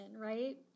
right